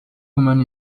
woman